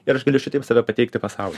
ir aš galiu šitaip save pateikti pasauliui